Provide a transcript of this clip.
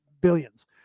billions